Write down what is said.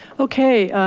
okay,